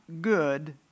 good